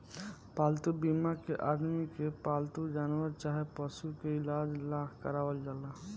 पालतू बीमा के आदमी के पालतू जानवर चाहे पशु के इलाज ला करावल जाला